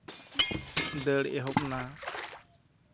ᱫᱟᱹᱲ ᱮᱦᱚᱵ ᱮᱱᱟ